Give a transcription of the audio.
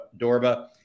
Dorba